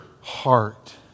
heart